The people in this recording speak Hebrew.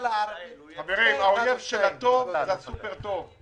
חברים, האויב של הטוב זה הסופר-טוב.